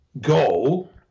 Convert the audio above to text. goal